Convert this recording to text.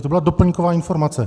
To byla doplňková informace.